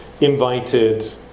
invited